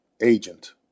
agent